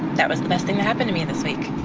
that was the best thing to happen to me this week.